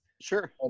Sure